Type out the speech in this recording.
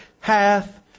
hath